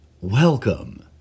Welcome